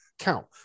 count